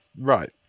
Right